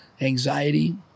anxiety